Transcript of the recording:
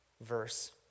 verse